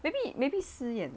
maybe maybe si yan